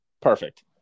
Perfect